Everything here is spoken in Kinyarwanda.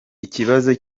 ikibazo